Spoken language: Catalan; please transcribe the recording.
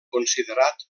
considerat